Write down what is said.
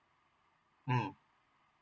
mm